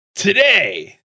Today